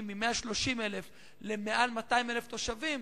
מ-130,000 ליותר מ-200,000 תושבים,